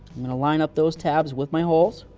i'm going to line up those tabs with my holes.